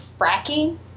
fracking